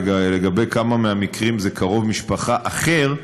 לגבי כמה מהמקרים זה קרוב משפחה אחר,